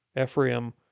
Ephraim